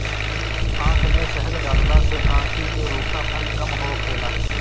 आँख में शहद डालला से आंखी के रूखापन कम होखेला